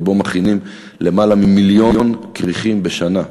ובו מכינים למעלה ממיליון כריכים בשנה.